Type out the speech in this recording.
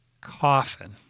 coffin